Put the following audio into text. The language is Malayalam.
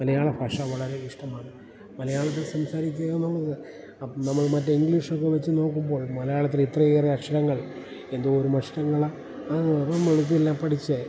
മലയാള ഭാഷ വളരെ ഇഷ്ടമാണ് മലയാളത്തിൽ സംസാരിക്കുക എന്നുള്ളത് നമ്മൾ മറ്റേ ഇംഗ്ലീഷൊക്കെ വെച്ച് നോക്കുമ്പോൾ മലയാളത്തിൽ ഇത്രയേറെ അക്ഷരങ്ങൾ എന്തോരം അക്ഷരങ്ങൾ നമ്മളതെല്ലാം പഠിച്ച്